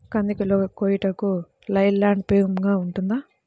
కంది కోయుటకు లై ల్యాండ్ ఉపయోగముగా ఉంటుందా?